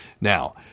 Now